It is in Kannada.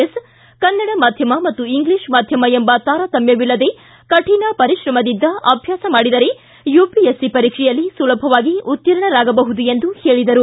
ಎಸ್ ಕನ್ನಡ ಮಾಧ್ಯಮ ಮತ್ತು ಇಂಗ್ಲಿಷ್ ಮಾಧ್ಯಮ ಎಂಬ ತಾರತಮ್ಮವಿಲ್ಲದೇ ಕರಿಣ ಪರಿಶ್ರಮದಿಂದ ಅಭ್ಯಾಸ ಮಾಡಿದರೇ ಯುಪಿಎಸ್ಸಿ ಪರೀಕ್ಷೆಯಲ್ಲಿ ಸುಲಭವಾಗಿ ಉತ್ತೀರ್ಣರಾಗಬಹುದು ಎಂದು ಹೇಳಿದರು